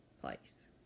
place